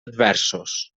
adversos